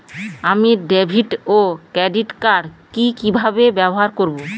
আমি ডেভিড ও credit card কি কিভাবে ব্যবহার করব?